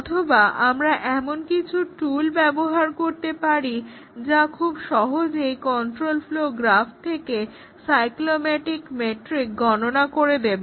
অথবা আমরা এমন কিছু টুল ব্যবহার করতে পারি যা খুব সহজেই কন্ট্রোল ফ্লো গ্রাফ থেকে McCabe's সাইক্লোমেটিক মেট্রিক গণনা করে দেবে